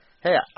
Hey